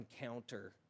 encounter